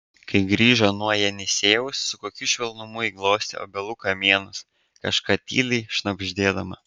kai grįžo nuo jenisejaus su kokiu švelnumu ji glostė obelų kamienus kažką tyliai šnabždėdama